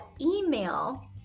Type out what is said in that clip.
email